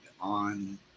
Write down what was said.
on